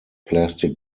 plastic